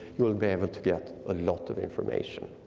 you will be able to get a lot of information.